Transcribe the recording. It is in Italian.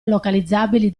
localizzabili